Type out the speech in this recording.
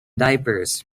diapers